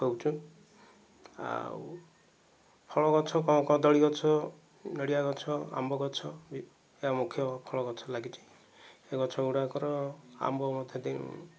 ହେଉଛୁ ଆଉ ଫଳ ଗଛ କଣ କଦଳୀ ଗଛ ନଡ଼ିଆ ଗଛ ଆମ୍ବ ଗଛ ଏଇୟା ମୁଖ୍ୟ ଫଳ ଗଛ ଲାଗିଚି ଏଇ ଗଛ ଗୁଡ଼ାକର ଆମ୍ବ ମଧ୍ୟ ଦିନ